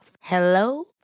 Hello